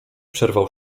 przerwał